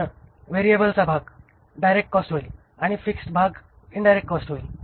तर व्हेरिएबलचा भाग डायरेक्ट कॉस्ट होईल आणि फिक्स्ड भाग इन्डायरेक्ट कॉस्ट होईल